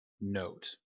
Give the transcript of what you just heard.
note